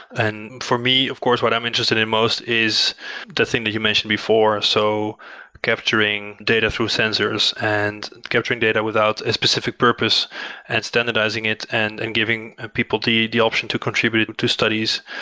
and for me, of course what i'm interested in most is the thing that you mentioned before. so capturing data through sensors and capturing data without a specific purpose and standardizing it and and giving people the the option to contribute to studies.